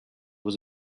was